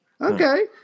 Okay